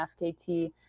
FKT